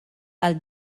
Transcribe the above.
għal